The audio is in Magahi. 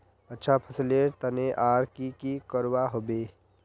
अच्छा फसलेर तने आर की की करवा होबे?